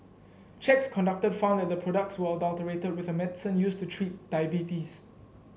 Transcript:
checks conducted found that the products were adulterated with a medicine used to treat diabetes